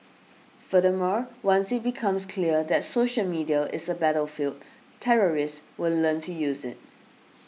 furthermore once it becomes clear that social media is a battlefield terrorists will learn to use it